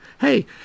hey